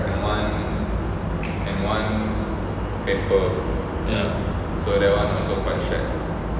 ya